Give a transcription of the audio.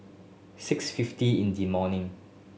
six fifty in the morning